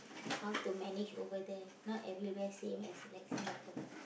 how to manage over there not everywhere same as like Singapore